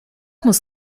muss